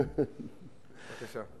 בבקשה.